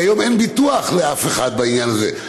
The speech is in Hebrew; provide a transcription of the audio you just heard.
היום אין ביטוח לאף אחד בעניין הזה,